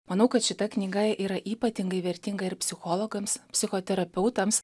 manau kad šita knyga yra ypatingai vertinga ir psichologams psichoterapeutams